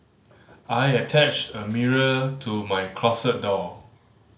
I attached a mirror to my closet door